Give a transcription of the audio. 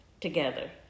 together